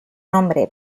nombre